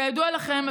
כידוע לכם,